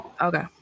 okay